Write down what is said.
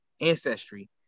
ancestry